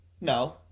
No